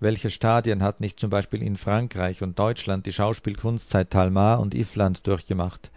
welche stadien hat nicht z b in frankreich und deutschland die schauspielkunst seit talma und iffland durchgemacht